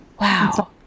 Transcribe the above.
wow